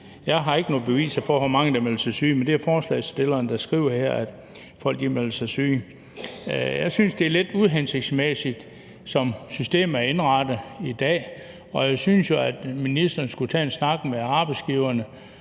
Jeg har ikke nogen beviser for, hvor mange der melder sig syge, men det er forslagsstillerne, der skriver her, at folk melder sig syge. Jeg synes, det er lidt uhensigtsmæssigt, som systemet er indrettet i dag, og jeg synes jo, at ministeren skulle tage en snak med arbejdsgiverne